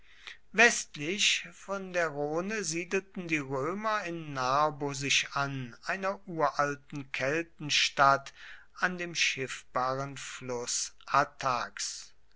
westlich von der rhone siedelten die römer in narbo sich an einer uralten keltenstadt an dem schiffbaren